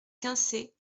quinçay